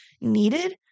needed